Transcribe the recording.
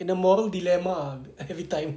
in a moral dilemma every time